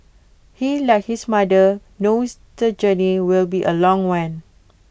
he like his mother knows the journey will be A long one